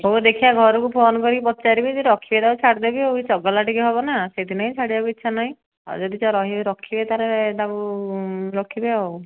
ହଉ ଦେଖିବା ଘରକୁ ଫୋନ୍ କରିକି ପଚାରିବି ରଖିବେ ଯଦି ତାକୁ ଛାଡ଼ିଦେବି ଆଉ ଇଏ ଚଗଲା ଟିକିଏ ହେବ ନା ସେଥିଲାଗି ଛାଡ଼ିବାକୁ ଟିକିଏ ଇଚ୍ଛା ନାହିଁ ଆଉ ଯଦି ସେ ରଖିବେ ତାହେଲେ ତାକୁ ରଖିବେ ଆଉ